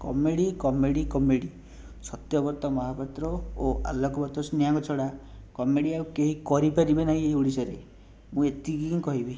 comedy comedy comedy Satyabrata Mohapatra ଓ ଆଲୋକବର୍ତ୍ତ ସ୍ନେହାଙ୍କ ଛଡ଼ା କମେଡ଼ି ଆଉ କେହି କରିପାରିବେ ନାହିଁ ଏଇ ଓଡ଼ିଶାରେ ମୁଁ ଏତିକି ହିଁ କହିବି